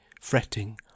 fretting